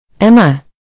Emma